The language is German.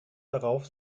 darauf